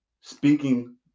speaking